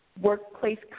workplace